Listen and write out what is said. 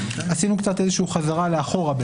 עשינו קצת איזושהי חזרה אחורה,